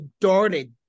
darted